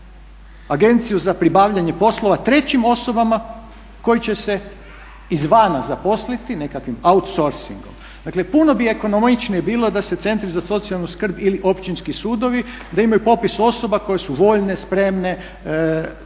agenciju za pribavljanje poslova trećim osobama koji će se izvana zaposliti nekakvim outsourcingom. Dakle puno bi ekonomičnije bilo da se centri za socijalnu skrb ili općinski sudovi da imaju popis osoba koje su voljne, spremne obavljati